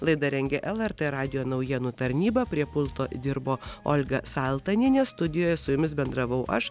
laidą rengė lrt radijo naujienų tarnyba prie pulto dirbo olga saltanienė studijoje su jumis bendravau aš